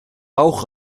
bauch